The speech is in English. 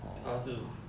他是